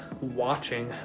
watching